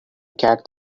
cat